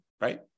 Right